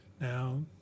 Now